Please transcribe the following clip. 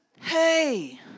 Hey